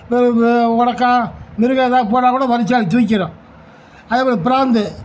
ஒடக்கான் மிருகம் ஏதாவது போனால்கூட வரிச்சாளி தூக்கிடும் அதேபோல பிராந்து